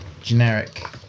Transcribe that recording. Generic